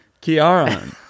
Kieran